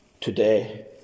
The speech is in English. today